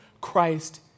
Christ